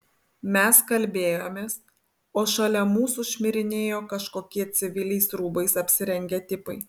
mes kalbėjomės o šalia mūsų šmirinėjo kažkokie civiliais rūbais apsirengę tipai